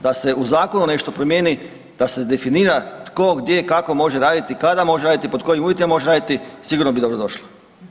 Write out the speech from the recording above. da se u zakonu nešto promijeni, da se definira tko, gdje, kako može raditi, kada može raditi, pod kojim uvjetima može raditi sigurno bi dobrodošlo.